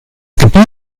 gebiet